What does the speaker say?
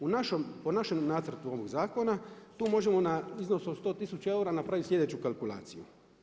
U našem, po našem nacrtu ovog zakona tu možemo na iznosu od 100 tisuća eura napraviti slijedeću kalkulaciju.